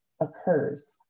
occurs